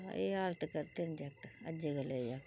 ऐ हालत करदे ना जगत अज्जे कले दे जगत